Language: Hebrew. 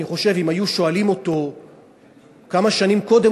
אם היו שואלים אותו כמה שנים קודם,